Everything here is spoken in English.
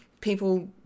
people